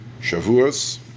Shavuos